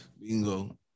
bingo